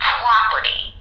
property